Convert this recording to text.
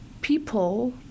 people